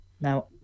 Now